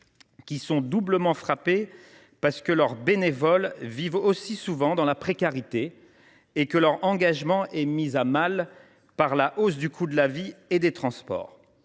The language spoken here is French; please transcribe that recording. qui sont doublement frappés parce que leurs bénévoles vivent eux mêmes souvent dans la précarité et que leur engagement est mis à mal par la hausse du coût de la vie et des transports.